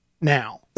now